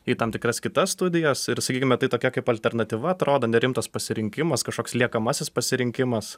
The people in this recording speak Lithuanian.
į tam tikras kitas studijas ir sakykime tai tokia kaip alternatyva atrodo nerimtas pasirinkimas kažkoks liekamasis pasirinkimas